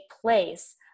place